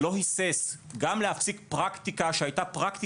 אני יכול להציג כאן בפני אדוני את